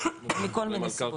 מכל מיני סיבות.